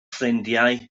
ffrindiau